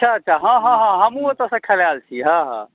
अच्छा अच्छा हँ हॅं हमहुँ ओतऽ सँ खेलायल छी हँ हॅं